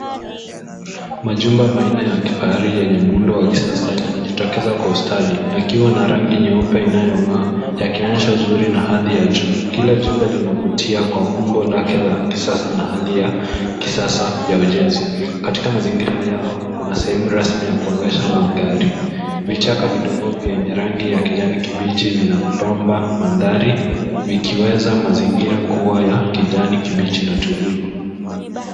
Majumba manne ya kifahari yenye muundo wa kisasa yanajitokeza kwa ustadi, yakiwa na rangi nyeupe inayong'aa, yakionyesha uzuri na hali ya juu. Kila jumba linavutia kwa umbo lake la kisasa na hali ya kisasa ya ujenzi. Katika mazingira yao, kuna sehemu rasmi ya kuegesha magari. Vichaka vidogo vyenye rangi ya kijani kibichi vinapamba maandhari vikiweza mazingira kuwa ya kijani kibichi na tulivu.